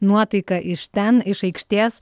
nuotaika iš ten iš aikštės